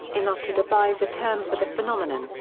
enough to devise a term for the phenomenon,